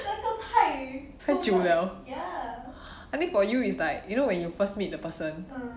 太久了 I think for you is like you know when you first meet the person